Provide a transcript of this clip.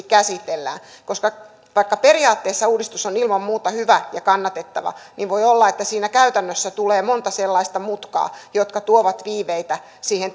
käsitellään koska vaikka periaatteessa uudistus on ilman muuta hyvä ja kannatettava niin voi olla että siinä käytännössä tulee monta sellaista mutkaa jotka tuovat viiveitä siihen